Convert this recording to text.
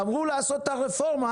גמרו לעשות את הרפורמה